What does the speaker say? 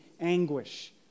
anguish